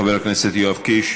חבר הכנסת יואב קיש,